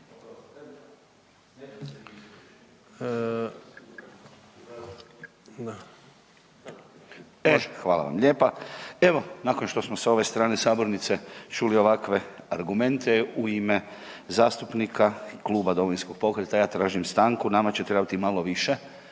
Hvala vam lijepa. Evo nakon što smo s ove strane sabornice čuli ovakve argumente u ime zastupnika kuba Domovinskog pokreta ja tražim stanku, nama će trebati malo više,